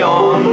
on